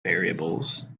variables